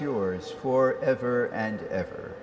yours for ever and ever